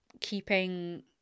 keeping